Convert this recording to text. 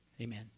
Amen